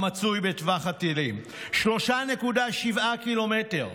המצוי בטווח הטילים, 3.7 קילומטר.